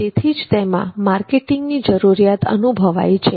તેથી જ તેમાં માર્કેટિંગની જરૂરિયાત અનુભવાય છે